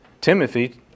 Timothy